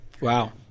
Wow